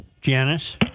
Janice